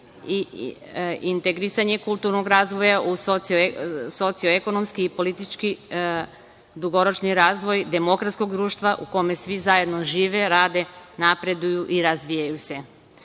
i integrisanje kulturnog razvoja u socioekonomski i politički dugoročni razvoj demokratskog društva u kome svi zajedno žive, rade, napreduju i razvijaju